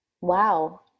Wow